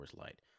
Light